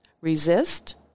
Resist